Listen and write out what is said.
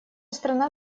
страна